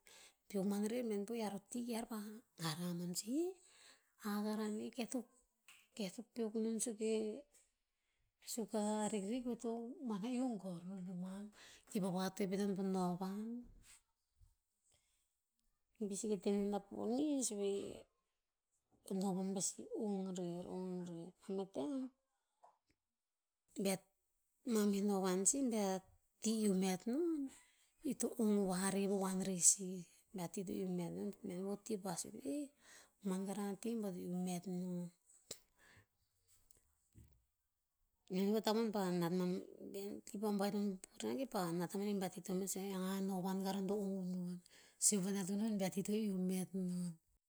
Peok man rer bihain po ear o tih kear pah harah man sih, "hi, a garan e keh to, keh to peok non suk e, suk a rikrik veh to mana iu gor nonoman." Ki pah vatoe pet inon po novan. Bi sike te menon a ponis veh, novan pasi ong rer, ong rer. Mameh tem, bea, mameh novan sih bea ti iu met non'ir to ong vare vovoan rer sih bea ti to iu met non. Bihain po ka ti pah sue, "eh, man karan a ti bo to iu met non." Bihain po a tavon pah nat man. ki pah nat a manih bah ti to met a novan karan to ong u non. Sue vanat tu non bah ti to iu met non.